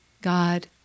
God